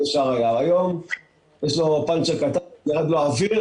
היום כל כדור שיש לו פנצ'ר קטן ויצא לו האוויר,